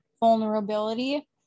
vulnerability